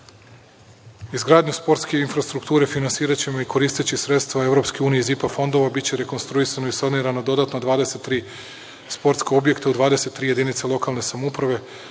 Titelu. Izgradnju sportske infrastrukture finansiraćemo i koristeći sredstva EU iz IPA fondova. Biće rekonstruisano i sanirano dodatno 23 sportska objekta u 23 jedinice lokalne samouprave,